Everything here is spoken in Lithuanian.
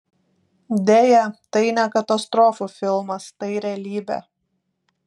deja tai ne katastrofų filmas tai realybė